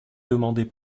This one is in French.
demander